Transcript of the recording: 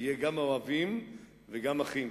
יהיו גם האוהבים וגם אחים.